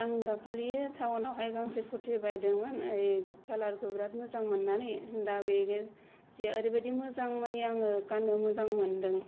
आं दाखालि टाउन आवहाय गांसे कुरति बायदोंमोन कालार खौ बिराद मोजां मोननानै दा बेनो जिया ओरैबादि मोजां माने आङो गाननो मोजां मोनदों